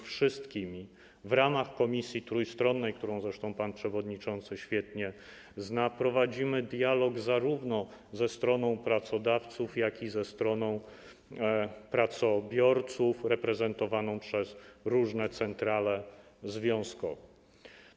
W ramach komisji trójstronnej, którą zresztą pan przewodniczący świetnie zna, prowadzimy dialog zarówno ze stroną pracodawców, jak i ze stroną pracobiorców reprezentowaną przez różne centrale związkowe.